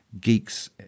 geeks